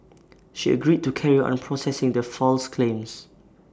she agreed to carry on processing the false claims